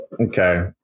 Okay